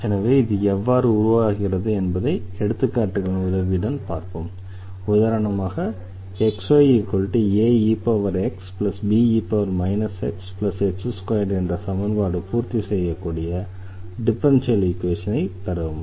எனவே இது எவ்வாறு உருவாகிறது என்பதை எடுத்துக்காட்டுகளின் உதவியுடன் பார்ப்போம் உதாரணமாக xyaexbe xx2 என்ற சமன்பாடு பூர்த்தி செய்யக்கூடிய டிஃபரன்ஷியல் ஈக்வேஷனை பெறுவோம்